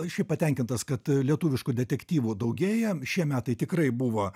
šiaip patenkintas kad lietuviškų detektyvų daugėja šie metai tikrai buvo